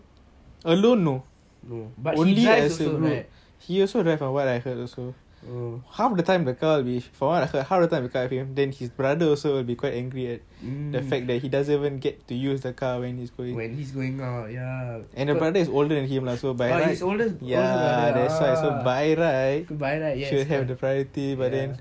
but he drives also right he also drive from what I heard also half the time the car with from what I heard half the time the car with him then the brother also will be quite angry at the fact that he doesn't even get to use the car when he's going and his brother is older than him lah so so by right by right should have the variety but then